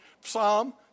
Psalm